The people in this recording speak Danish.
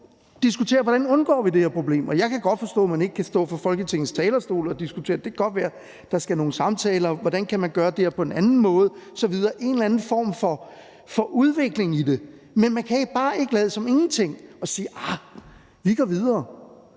jo diskutere, hvordan vi undgår det her problem. Jeg kan godt forstå, at man ikke kan stå på Folketingets talerstol og diskutere det; det kan godt være, der skal nogle samtaler til om, hvordan man kan gøre det her på en anden måde, så vi har en eller anden form for udvikling i det. Men man kan bare ikke lade som ingenting og sige: Ah, vi går videre.